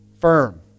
firm